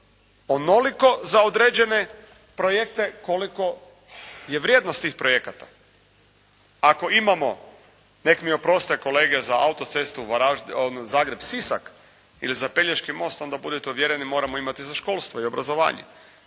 onoliko za određene projekte koliko je vrijednost tih projekata. Ako imamo, neka mi oproste kolege za autocestu Zagreb-Sisak ili za pelješki most onda budite uvjereni moramo imati za školstvo i obrazovanje.